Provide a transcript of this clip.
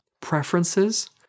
preferences